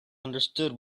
understood